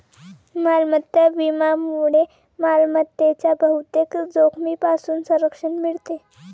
मालमत्ता विम्यामुळे मालमत्तेच्या बहुतेक जोखमींपासून संरक्षण मिळते